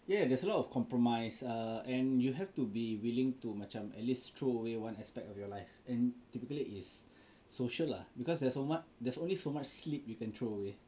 ya there's a lot of compromise err and you have to be willing to macam at least throw away one aspect of your life and typically is social lah because there's so much there's only so much sleep you can throw away